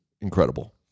incredible